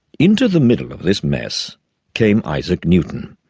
into the middle of this mess came isaac newton.